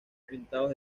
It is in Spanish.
pintados